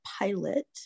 pilot